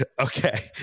okay